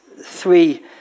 three